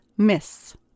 miss